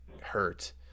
hurt